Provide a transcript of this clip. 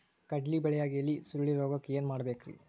ಕಡ್ಲಿ ಬೆಳಿಯಾಗ ಎಲಿ ಸುರುಳಿರೋಗಕ್ಕ ಏನ್ ಮಾಡಬೇಕ್ರಿ?